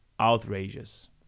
Outrageous